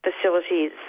facilities